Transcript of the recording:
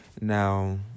now